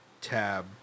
tab